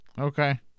Okay